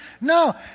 No